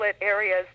areas